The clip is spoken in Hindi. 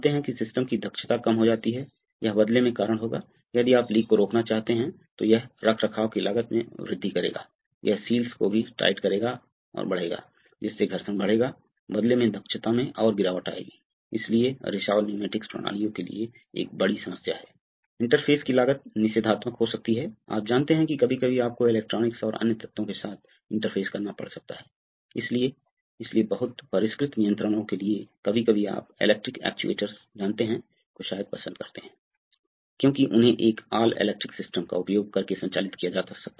तो यह कैसे होता है अतः आपके पास इसके लिए एक योजना होनी चाहिए कभी कभी आपके पास एक विशुद्ध रूप से विद्युत योजना हो सकती है कभी कभी आपके पास एक सरल योजना हो सकती है आपको पता है कि कभी कभी आपके पास एक साधारण रिले प्रकार की योजना हो सकती है या कभी कभी आपके पास एक PLC आधारित योजना हो सकती है